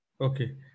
Okay